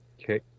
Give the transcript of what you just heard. Okay